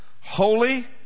holy